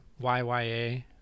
YYA